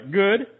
good